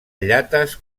llates